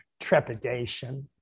trepidation